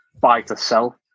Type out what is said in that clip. buy-to-sell